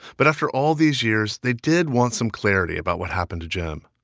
but after all these years, they did want some clarity about what happened to jim.